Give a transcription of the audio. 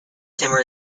timor